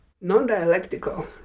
non-dialectical